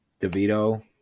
DeVito